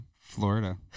Florida